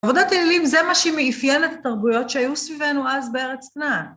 עבודת האלילים זה מה שמאפיין את התרבויות שהיו סביבנו אז בארץ כנען.